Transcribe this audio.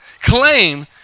claim